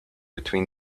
between